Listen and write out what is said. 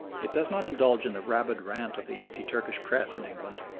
it does not indulge in the rabid rant of the anti-turkish press in england,